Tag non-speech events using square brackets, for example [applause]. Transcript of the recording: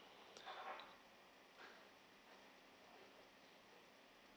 [breath]